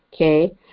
okay